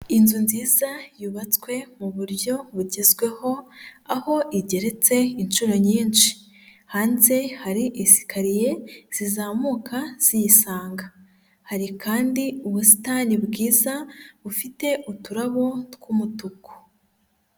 Inzu nziza yubatswe mu buryo bugezweho aho igeretse inshuro nyinshi, hanze hari i esikariye zizamuka ziyisanga, hari kandi ubusitani bwiza bufite uturabo tw'umutuku.